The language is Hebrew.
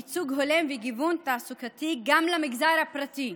ייצוג הולם וגיוון תעסוקתי גם למגזר הפרטי,